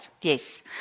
Yes